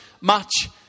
match